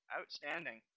Outstanding